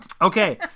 okay